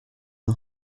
mon